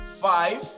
five